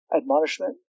admonishment